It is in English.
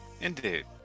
Indeed